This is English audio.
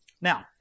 Now